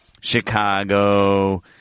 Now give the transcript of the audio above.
Chicago